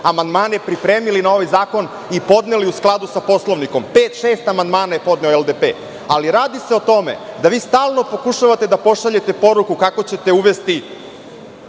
amandmane pripremili na ovaj zakon i podneli u skladu sa Poslovnikom, pet, šest amandmana je podneo LDP. Ali, radi se o tome da vi stalno pokušavate da pošaljete poruku kako ćete uvesti